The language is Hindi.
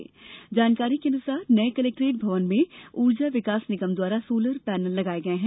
आधिकारिक जानकारी के अनुसार नये कलेक्ट्रेट भवन में ऊर्जा विकास निगम द्वारा सोलर पैनल लगाए गए हैं